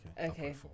Okay